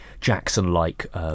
Jackson-like